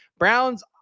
Browns